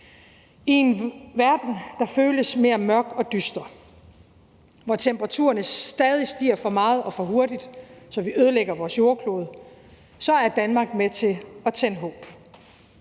I en verden, der føles mere mørk og dyster, hvor temperaturerne stadig stiger for meget og for hurtigt, så vi ødelægger vores jordklode, så er Danmark med til at tænde håb.